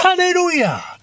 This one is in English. Hallelujah